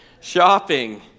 Shopping